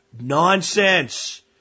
Nonsense